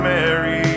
Mary